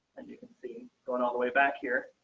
and you can see going all the way back here.